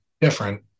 different